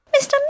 mr